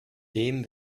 dem